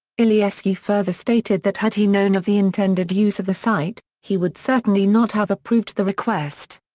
iliescu further stated that had he known of the intended use of the site, he would certainly not have approved the request.